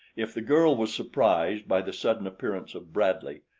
if the girl was surprised by the sudden appearance of bradley,